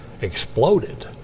exploded